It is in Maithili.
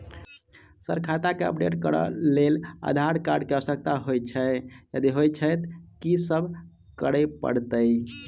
सर खाता केँ अपडेट करऽ लेल आधार कार्ड केँ आवश्यकता होइ छैय यदि होइ छैथ की सब करैपरतैय?